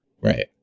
Right